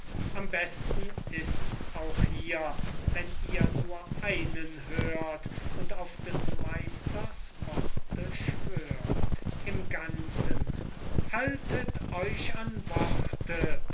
am besten ist's auch hier wenn ihr nur einen hört und auf des meisters worte schwört im ganzen haltet euch an worte